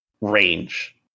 range